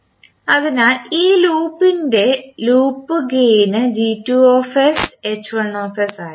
അതിനാൽ ഈ ലൂപ്പിൻറെ ലൂപ്പ് ഗേയിൻ ആയിരിക്കും